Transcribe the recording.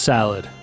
Salad